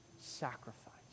sacrifice